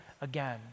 again